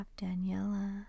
Daniela